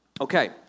Okay